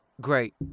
Great